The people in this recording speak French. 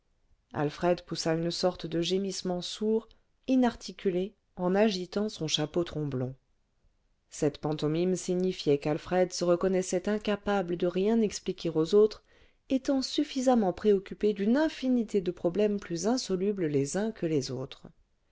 alfred poussa une sorte de gémissement sourd inarticulé en agitant son chapeau tromblon cette pantomime signifiait qu'alfred se reconnaissait incapable de rien expliquer aux autres étant suffisamment préoccupé d'une infinité de problèmes plus insolubles les uns que les autres